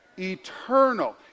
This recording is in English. eternal